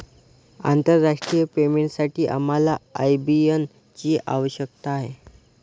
आंतरराष्ट्रीय पेमेंटसाठी आम्हाला आय.बी.एन ची आवश्यकता आहे